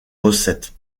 recettes